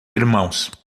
irmãos